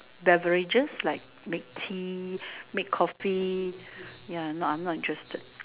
beverages like make tea make Coffee ya no I'm not interested